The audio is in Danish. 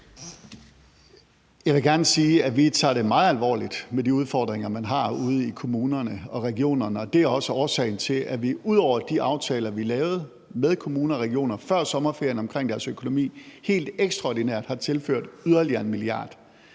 Jeg vil gerne sige, at vi tager det meget alvorligt med de udfordringer, man har ude i kommunerne og regionerne, og det er også årsagen til, at vi ud over de aftaler, vi lavede med kommunerne og regionerne før sommerferien om deres økonomi, helt ekstraordinært har tilført yderligere 1 mia.